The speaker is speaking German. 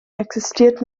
existiert